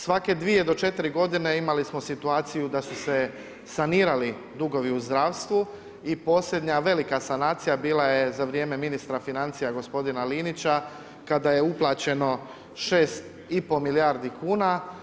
Svake dvije do četiri godine imali smo situaciju da su se sanirali dugovi u zdravstvu i posljednja velika sanacija bila je za vrijeme ministra financija gospodina Linića kada je uplaćeno 6 i pol milijardi kuna.